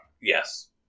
Yes